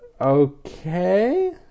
okay